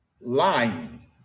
lying